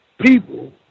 people